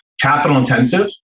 capital-intensive